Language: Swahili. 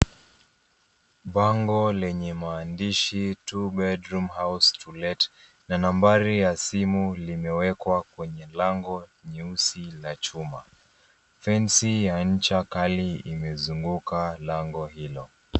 Bango lenye maandishi 2 bedroom house to let na nambari ya simu limewekwa kwenye lango jeusi la chuma. Fensi ya ncha kali imezungukwa lango hilo